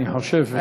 אני חושב,